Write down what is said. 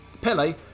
Pele